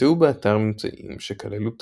נמצאו באתר ממצאים שכללו תכשיטים,